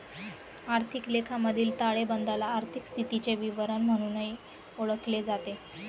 आर्थिक लेखामधील ताळेबंदाला आर्थिक स्थितीचे विवरण म्हणूनही ओळखले जाते